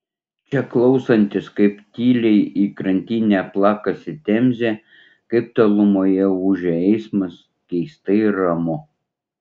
čia klausantis kaip tyliai į krantinę plakasi temzė kaip tolumoje ūžia eismas keistai ramu